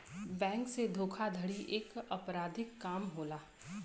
bank से धोखाधड़ी एक अपराधिक काम होला